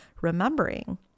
remembering